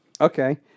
Okay